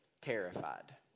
terrified